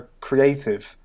creative